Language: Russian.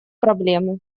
проблемы